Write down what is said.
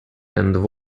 and